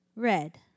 Red